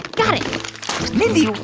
got it mindy,